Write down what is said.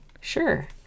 Sure